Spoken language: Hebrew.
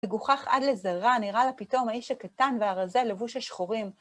מגוחך עד לזרה נראה לה פתאום האיש הקטן והרזה לבוש השחורים.